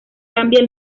cambia